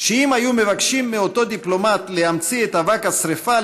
שאם היו מבקשים מאותו דיפלומט להמציא את אבק השרפה,